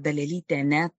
dalėlytė net